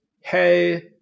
hey